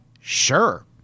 sure